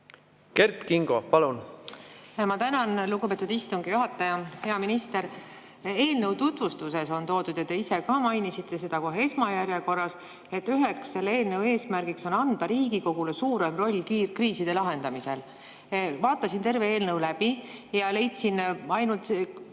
Kert Kingo, palun! Ma tänan, lugupeetud istungi juhataja! Hea minister! Eelnõu tutvustuses on esile toodud ja ka te ise mainisite seda kohe esmajärjekorras, et üks selle eelnõu eesmärke on anda Riigikogule suurem roll kriiside lahendamisel. Vaatasin terve eelnõu läbi ja leidsin ainult